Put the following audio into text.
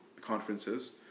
conferences